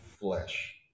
flesh